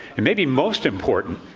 and maybe most important,